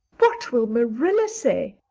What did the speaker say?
what will marilla say?